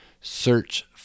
Search